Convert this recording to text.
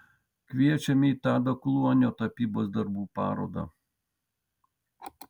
kviečiame į tado kluonio tapybos darbų parodą